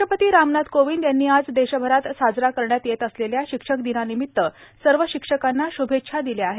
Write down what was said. राष्ट्रपती रामनाथ कोविंद यांनी आज देशभरात साजरा करण्यात येत असलेल्या शिक्षक दिनानिमित्त सर्व शिक्षकांना श्भेच्छा दिल्या आहेत